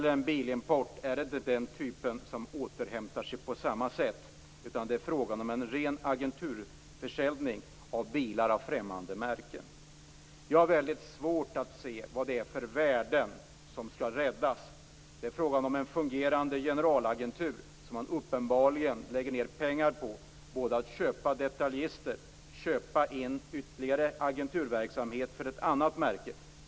En bilimport är inte den typen av verksamhet som återhämtar sig på samma sätt, utan det är fråga om en ren agenturförsäljning av bilar av främmande märken. Jag har väldigt svårt att se vad det är för värden som skall räddas. Det är fråga om en fungerande generalagentur, som man uppenbarligen lägger ned pengar på, både att köpa detaljister och att köpa in ytterligare agenturverksamhet för ett annat märke.